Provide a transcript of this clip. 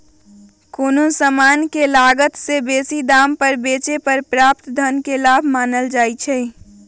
कोनो समान के लागत से बेशी दाम पर बेचे पर प्राप्त धन के लाभ मानल जाइ छइ